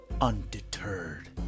Undeterred